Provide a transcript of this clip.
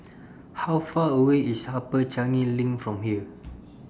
How Far away IS Upper Changi LINK from here